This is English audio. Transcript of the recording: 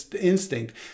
instinct